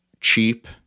cheap